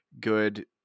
good